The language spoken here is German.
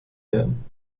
werden